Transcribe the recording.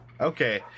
Okay